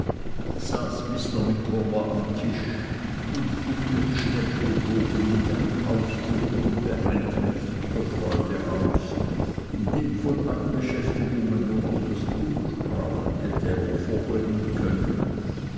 micawber am tisch und füllte die stempelbogen mit einem ausdruck unbeeinträchtigter freude aus den von allen beschäftigungen nur noch das punschbrauen hätte hervorbringen können